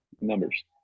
numbers